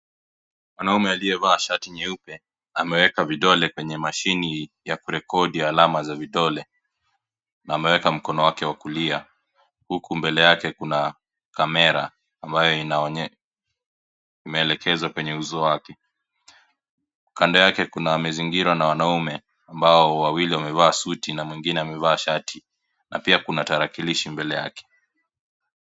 Wanaume aliyevaa shati nyeupe, na ameweka vidole kwenye mashini ya kurekodi ya alama za vidole, na ameweka mkono wake wakulia huku mbele yake kuna kamera, ambayo inaonyesha ime elekeza kwenye uso wake, Kando yake kuna ameziingirwa na wanaume ambao wawili wamevaa suti na mwingine amevaa shati, na pia kuna tarakilishi mbele yake.